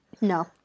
No